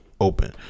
open